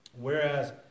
whereas